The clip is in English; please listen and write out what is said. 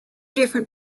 different